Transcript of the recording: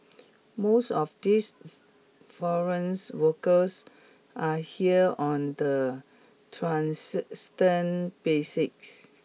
most of these foreigns workers are here on the basics